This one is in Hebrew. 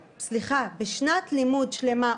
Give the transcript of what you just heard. בשנת לימוד שלמה,